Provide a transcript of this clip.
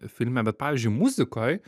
filme bet pavyzdžiui muzikoj